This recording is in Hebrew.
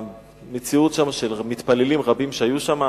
במציאות של מתפללים רבים שהיו שם,